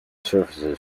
surfaces